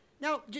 Now